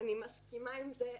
אני מסכימה עם זה.